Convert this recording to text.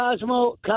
Cosmo